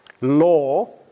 law